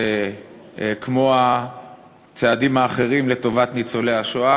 שכמו הצעדים האחרים לטובת ניצולי השואה,